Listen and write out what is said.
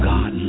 God